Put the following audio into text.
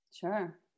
Sure